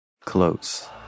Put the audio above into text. close